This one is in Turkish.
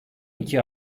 iki